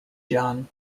john